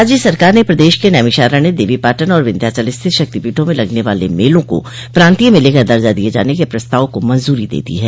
राज्य सरकार ने प्रदेश के नैमिषारण्य देवीपाटन और विन्ध्याचल स्थित शक्तिपीठों में लगने वाले मेलों को प्रान्तीय मेले का दर्जा दिये जाने के प्रस्ताव को मंज्री दे दी है